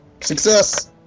Success